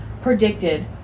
predicted